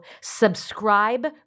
subscribe